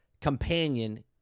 companion